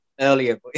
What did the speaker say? earlier